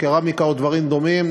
קרמיקה או דברים דומים,